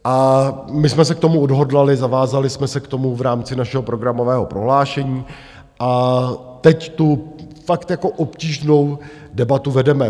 A my jsme se k tomu odhodlali, zavázali jsme se k tomu v rámci našeho programového prohlášení a teď tu fakt obtížnou debatu vedeme.